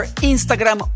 Instagram